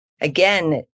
again